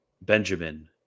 Benjamin